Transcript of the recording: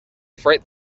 freight